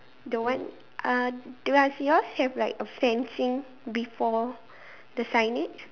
the one uh does yours have a fencing before the signage